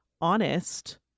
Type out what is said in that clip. honest